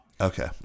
Okay